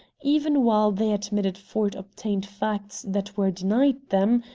even while they admitted ford obtained facts that were denied them,